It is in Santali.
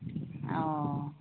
ᱚᱻ